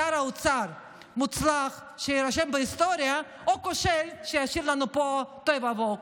שר אוצר מוצלח שיירשם בהיסטוריה או כושל שישאיר לנו פה תוהו ובוהו.